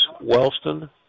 Wellston